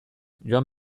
joan